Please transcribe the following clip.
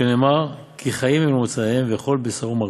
שנאמר 'כי חיים הם למוצאיהם ולכל בשרו מרפא',